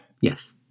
Yes